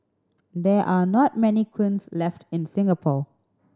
there are not many kilns left in Singapore